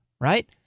Right